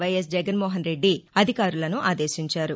YS Jaganmohan Reddy అధికారులను ఆదేశించారు